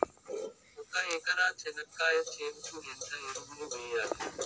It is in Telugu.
ఒక ఎకరా చెనక్కాయ చేనుకు ఎంత ఎరువులు వెయ్యాలి?